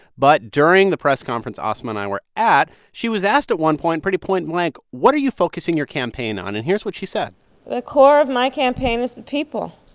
but during the press conference asma and i were at, she was asked at one point pretty point-blank what are you focusing your campaign on? and here's what she said the core of my campaign is the people.